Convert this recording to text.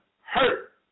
hurt